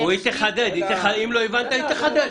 אם לא הבנת, היא תחדד.